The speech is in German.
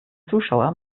zuschauer